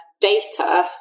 data